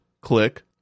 click